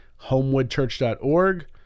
homewoodchurch.org